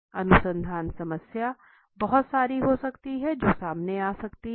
अनुसंधान समस्या बहुत सारी हो सकती हैं जो सामने आ सकती हैं